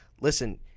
listen